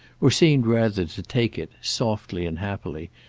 or seemed rather to take it, softly and happily,